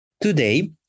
Today